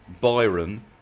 Byron